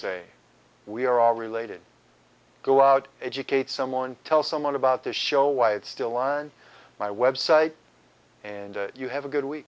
say we are all related go out educate someone tell someone about this show why it's still on my website and you have a good week